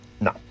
No